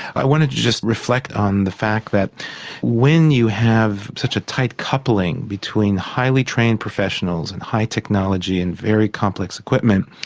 i want to just reflect on the fact that when you have such a tight coupling between highly trained professionals and high technology and very complex equipment,